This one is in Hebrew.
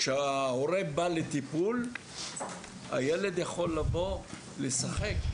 כשההורה בא לטיפול הילד יכול לבוא לשחק.